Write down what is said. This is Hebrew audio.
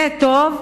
זה טוב?